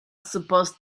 supposed